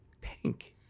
pink